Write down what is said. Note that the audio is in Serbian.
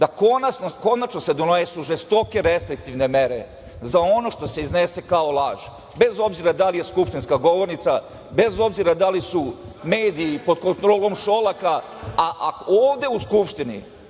da konačno se donesu žestoke restriktivne mere za ono što se iznese kao laž, bez obzira da li skupštinska govornica, bez obzira da li su mediji pod kontrolom Šolaka, a ovde u Skupštini,